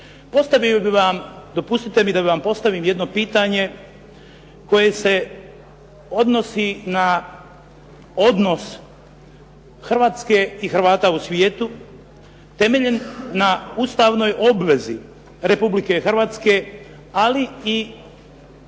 Postavio bih vam, dopustite mi da vam postavim jedno pitanje koje se odnosi na odnos Hrvatske i Hrvata u svijetu, temeljem na ustavnoj obvezi Republike Hrvatske, ali i u smislu